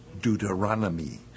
Deuteronomy